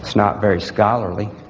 not very scholarly,